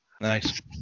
Nice